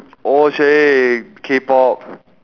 oh !chey! K-pop